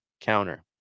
counter